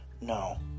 no